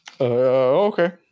Okay